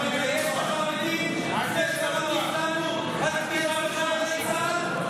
אתה מגייס את החרדים לפני שאתה מטיף לנו על חיילי צה"ל,